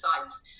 sites